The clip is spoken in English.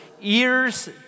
ears